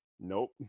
Nope